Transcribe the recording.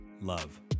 love